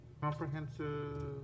Comprehensive